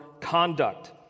conduct